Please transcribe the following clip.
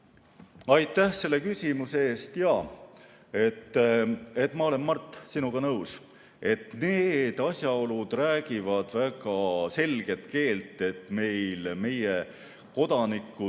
Aitäh selle küsimuse eest! Jaa, ma olen, Mart, sinuga nõus, et need asjaolud räägivad väga selget keelt, et meie kodanikud